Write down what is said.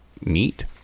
neat